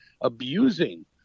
abusing